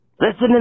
Listen